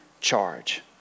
charge